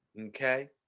Okay